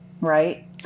right